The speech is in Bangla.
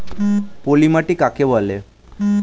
পলি মাটি কাকে বলে?